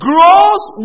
Grows